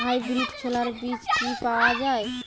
Hybrid ছোলার বীজ কি পাওয়া য়ায়?